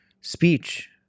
speech